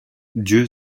dieu